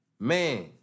Man